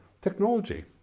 technology